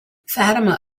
fatima